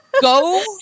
Go